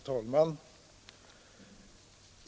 Herr talman!